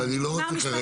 אבל אני לא רוצה כרגע.